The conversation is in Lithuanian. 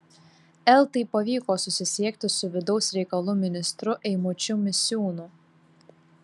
eltai pavyko susisiekti su vidaus reikalų ministru eimučiu misiūnu